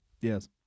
Yes